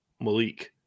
Malik